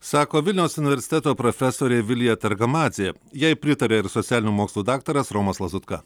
sako vilniaus universiteto profesorė vilija targamadzė jai pritarė ir socialinių mokslų daktaras romas lazutka